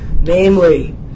namely